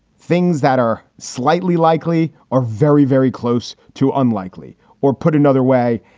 things that are slightly likely are very, very close to unlikely or put another way,